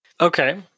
Okay